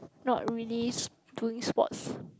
not really s~ doing sports